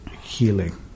healing